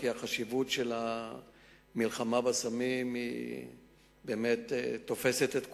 כי החשיבות של המלחמה בסמים באמת תופסת את כולנו.